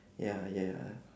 ya ya ya